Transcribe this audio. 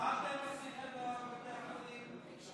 ומה אתם עשיתים בבתי החולים?